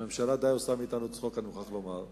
הממשלה די עושה מאתנו צחוק, אני מוכרח לומר.